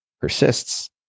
persists